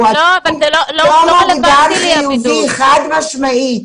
הוא לא מוגדר חיובי, חד-משמעית.